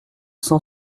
cent